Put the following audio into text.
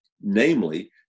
namely